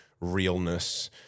realness